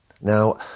now